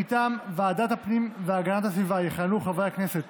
מטעם ועדת הפנים והגנת הסביבה יכהנו חברי הכנסת